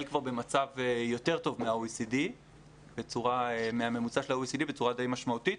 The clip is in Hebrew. כבר במצב יותר טוב מהממוצע של ה-OECD בצורה די משמעותית.